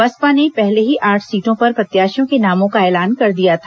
बसपा ने पहले ही आठ सीटों पर प्रत्याशियों के नामों का ऐलान कर दिया था